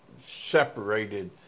separated